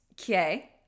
Okay